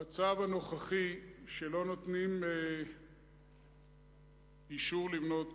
המצב הנוכחי, שלא נותנים אישור לבנות